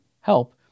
help